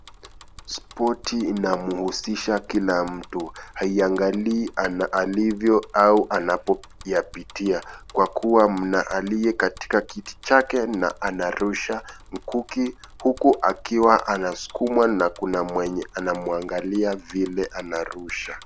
Spoti inamhusisha kila mtu haiangalii ana alivyo au anapoyapitia kwa kuwa mna aliye katika kiti chake na anarusha mkuki huku akiwa anaskumwa na kuna mwenye anamuangalia vile anarusha.